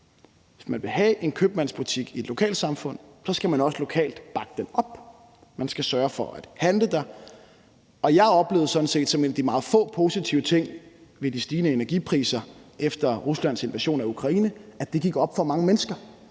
Hvis man vil have en købmandsbutik i et lokalsamfund, skal man også bakke den op lokalt. Man skal sørge for at handle der, og jeg oplevede sådan set som en de meget få positive ting ved de stigende energipriser efter Ruslands invasion af Ukraine, at det gik op for mange mennesker,